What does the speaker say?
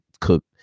cook